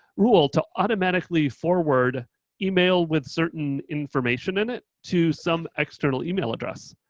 rule to automatically forward email with certain information in it to some external email address.